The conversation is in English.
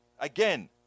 Again